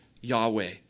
Yahweh